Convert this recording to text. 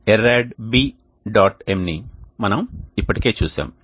mని మనము ఇప్పటికే చూశాము